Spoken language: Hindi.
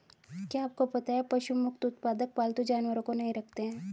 क्या आपको पता है पशु मुक्त उत्पादक पालतू जानवरों को नहीं रखते हैं?